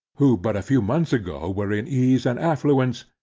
who but a few months ago were in ease and affluence,